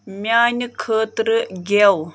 میٛانِہ خٲطرٕ گٮ۪و